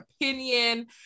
opinion